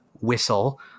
whistle